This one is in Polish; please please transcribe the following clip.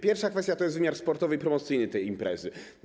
Pierwsza kwestia to wymiar sportowy i promocyjny tej imprezy.